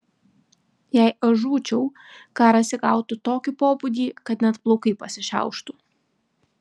jei aš žūčiau karas įgautų tokį pobūdį kad net plaukai pasišiauštų